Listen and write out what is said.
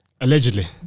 Allegedly